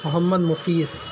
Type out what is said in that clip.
Muhammad Muqees